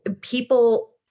people